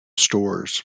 stores